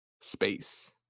space